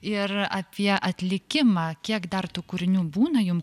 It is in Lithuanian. ir apie atlikimą kiek dar tų kūrinių būna jum